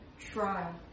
trial